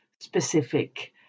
specific